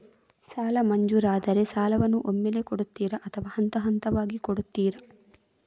ಸಾಲ ಮಂಜೂರಾದರೆ ಸಾಲವನ್ನು ಒಮ್ಮೆಲೇ ಕೊಡುತ್ತೀರಾ ಅಥವಾ ಹಂತಹಂತವಾಗಿ ಕೊಡುತ್ತೀರಾ?